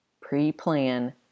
pre-plan